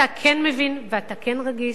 אתה כן מבין, ואתה כן רגיש,